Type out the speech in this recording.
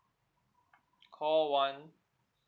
call one